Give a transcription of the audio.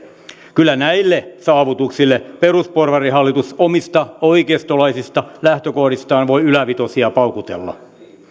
kyllä näille saavutuksille perusporvarihallitus omista oikeistolaisista lähtökohdistaan voi ylävitosia paukutella